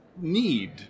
Need